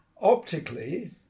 Optically